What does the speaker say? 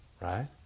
right